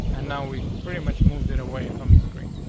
and now we pretty much moved it away from the screen.